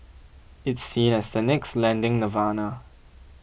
it's seen as the next lending nirvana